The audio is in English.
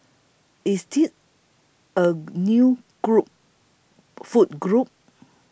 is tea a new group food group